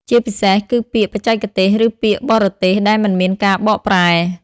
ជាពិសេសគឺពាក្យបច្ចេកទេសឬពាក្យបរទេសដែលមិនមានការបកប្រែ។